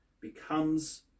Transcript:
becomes